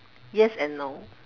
yes and no